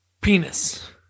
Penis